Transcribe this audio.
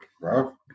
bro